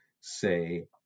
say